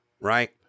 right